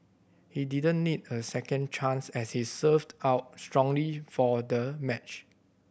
he didn't need a second chance as he served out strongly for the match